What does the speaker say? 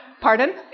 Pardon